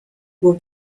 will